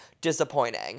Disappointing